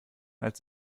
als